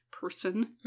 person